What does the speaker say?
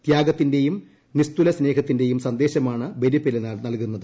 ത്യാഗത്തിന്റെയും നിസ്തുലസ്നേഹത്തിന്റെയും സന്ദേശമാണ് ബലിപെരുന്നാൾ നൽകുന്നത്